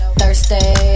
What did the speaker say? Thursday